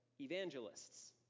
evangelists